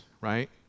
right